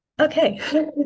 okay